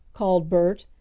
called bert,